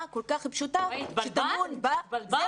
התבלבלת.